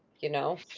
you know.